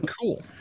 Cool